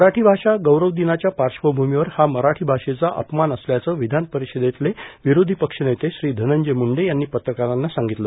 मराठी भाषा गौरव दिनाच्या पार्श्वभूमीवर हा मराठी भाषेचा अपमान असल्याचं विघान परिषदेतले विरोधी पक्षनेते श्री बनंजय मुंडे यांनी पत्रकारांना सांगितलं